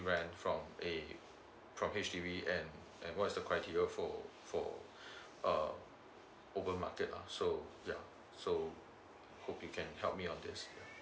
rent from a probably H_D_B and and what's the criteria for for uh open market ah so yeah so hope you can help me on this